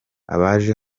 abaje